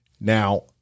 Now